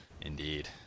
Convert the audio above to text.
Indeed